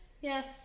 Yes